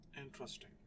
interesting